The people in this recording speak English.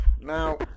Now